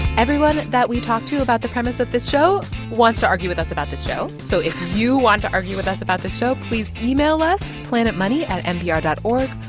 everyone that we talk to about the premise of this show wants to argue with us about this show. so if you want to argue with us about this show, please email us planetmoney at npr dot o